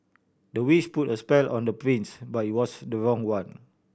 the witch put a spell on the prince but it was the wrong one